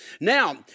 Now